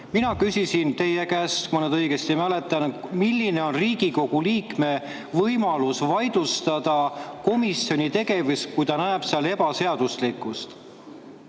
Mina küsisin teie käest, kui ma õigesti mäletan, milline on Riigikogu liikme võimalus vaidlustada komisjoni tegevust, kui ta näeb seal ebaseaduslikkust.